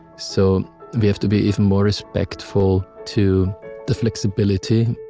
so we have to be even more respectful to the flexibility